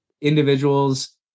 Individuals